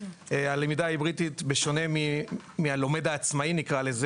בלמידה ההיברידית, בשונה מהלומד העצמאי, נקרא לזה